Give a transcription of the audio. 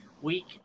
week